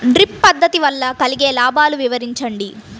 Drip పద్దతి వల్ల కలిగే లాభాలు వివరించండి?